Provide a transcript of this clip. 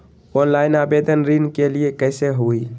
Online आवेदन ऋन के लिए कैसे हुई?